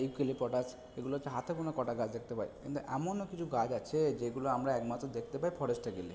eucalyptus এগুলো হচ্ছে হাতে গোনা কটা গাছ দেখতে পাই কিন্তু এমনও কিছু গাছ আছে যেগুলো আমরা একমাত্র দেখতে পাই ফরেস্টে গেলে